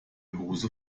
hosen